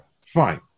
Fine